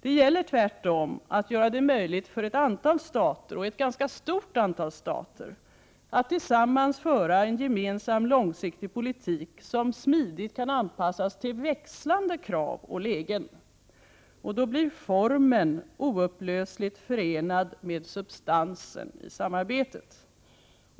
Det gäller tvärtom att göra det möjligt för ett antal stater — ett ganska stort antal stater — att tillsammans föra en gemensam långsiktig politik som smidigt kan anpassas till växlande krav och lägen. Då blir formen oupplösligt förenad med substansen i samarbetet.